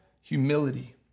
humility